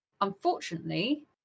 Unfortunately